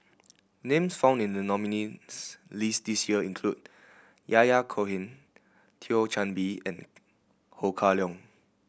names found in the nominees' list this year include Yahya Cohen Thio Chan Bee and Ho Kah Leong